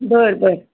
बरं बरं